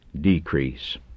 decrease